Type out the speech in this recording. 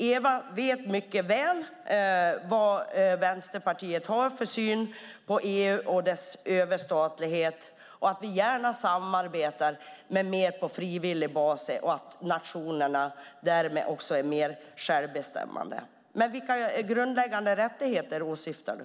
Du vet mycket väl vad Vänsterpartiet har för syn på EU och dess överstatlighet, att vi gärna samarbetar men mer på frivillig basis så att nationerna därmed har mer självbestämmande. Vilka grundläggande rättigheter åsyftar du?